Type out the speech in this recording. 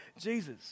Jesus